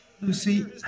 Lucy